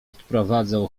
odprowadzał